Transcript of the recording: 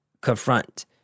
Confront